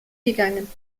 gegangen